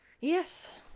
Yes